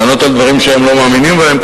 לענות על דברים שהם לא מאמינים בהם,